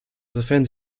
sofern